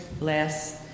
last